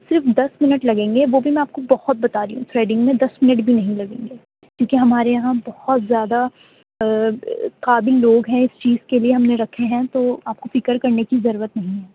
صرف دس منٹ لگیں گے وہ بھی میں آپ کو بہت بتا رہی ہوں تھریڈنگ میں دس منٹ بھی نہیں لگیں گے کیوںکہ ہمارے یہاں بہت زیادہ قابل لوگ ہیں اس چیز کے لیے ہم نے رکھے ہیں تو آپ کو فکر کرنے کی ضرورت نہیں ہے